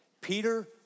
Peter